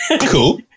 cool